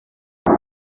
elle